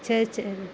சரி சரி